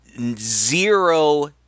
zero